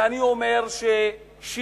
ואני אומר ששימור